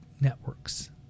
networks